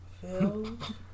Filled